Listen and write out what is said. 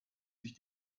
sich